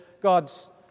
God's